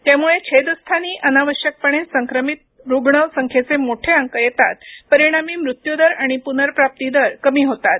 त्यामुळे छेदस्थानी अनावश्यकपणे संक्रमित रुग्ण संख्येचे मोठे अंक येतात परिणामी मृत्यूदर आणि पुनर्प्राप्ती दर कमी होतात